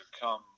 come